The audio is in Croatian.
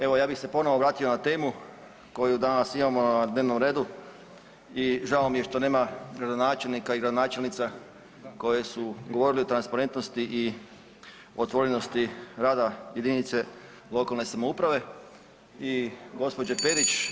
Evo ja bih se ponovno vratio na temu koju danas imamo na dnevnom redu i žao mi je što nema gradonačelnika i gradonačelnica koji su govorili o transparentnosti i otvorenosti rada jedinice lokalne samouprave i gospođe Perić.